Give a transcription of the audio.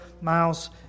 miles